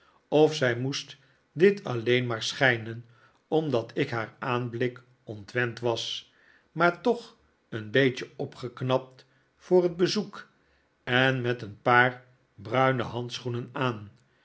of zij moest dit alleen maar schijnen omdat ik haar aanblik ontwend was maar toch een beetje opgeknapt voor het bezoek en met een paar bruine handschoenen aan